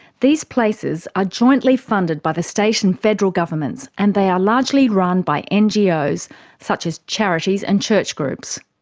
these places are jointly funded by the state and federal governments and they are largely run by ngo's such as charities and church groups.